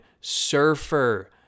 Surfer